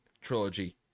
trilogy